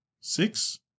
six